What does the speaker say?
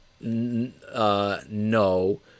No